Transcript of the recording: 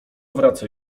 wraca